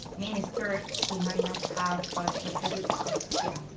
minister, you might not have such a good luck. yeah.